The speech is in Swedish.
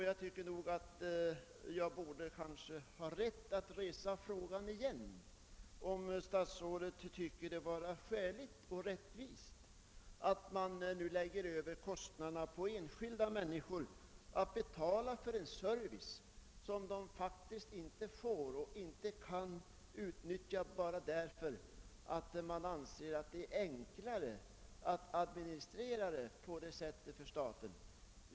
Jag tycker att jag borde ha rätt att på nytt ställa frågan, om statsrådet tycker det är skäligt och rättvist att enskilda människor får betala för en service, som de faktiskt inte åtnjuter, bara därför att det anses vara enklare för staten med denna administration.